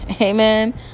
Amen